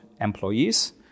employees